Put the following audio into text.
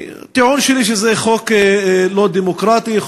הטיעון שלי הוא שזה חוק לא דמוקרטי,